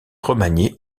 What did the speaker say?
remaniée